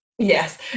Yes